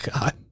God